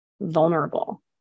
vulnerable